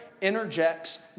interjects